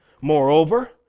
Moreover